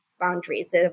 boundaries